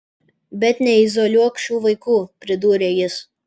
bet neizoliuok šių vaikų pridūrė jis